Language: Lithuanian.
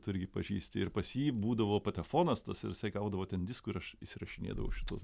tu irgi pažįsti ir pas jį būdavo patefonas tas ir jisai gaudavo ten diskų ir aš įsirašinėdavau šituos